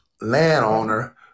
landowner